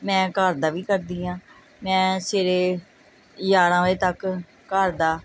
ਮੈਂ ਘਰ ਦਾ ਵੀ ਕਰਦੀ ਹਾਂ ਮੈਂ ਸਵੇਰੇ ਗਿਆਰਾਂ ਵਜੇ ਤੱਕ ਘਰ ਦਾ